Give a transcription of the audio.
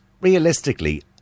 realistically